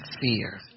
fear